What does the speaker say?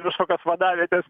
visokios vadavietės